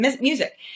music